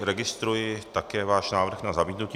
Registruji také váš návrh na zamítnutí.